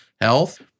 health